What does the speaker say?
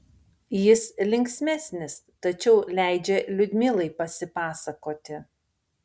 jis linksmesnis tačiau leidžia liudmilai pasipasakoti